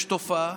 יש תופעה,